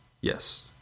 Yes